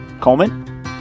Coleman